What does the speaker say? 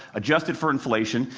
adjusted for inflation,